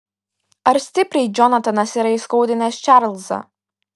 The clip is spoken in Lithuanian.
ar stipriai džonatanas yra įskaudinęs čarlzą